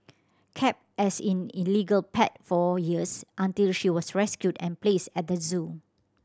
kept as in illegal pet for years until she was rescued and placed at the zoo